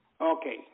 Okay